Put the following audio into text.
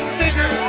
bigger